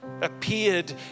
appeared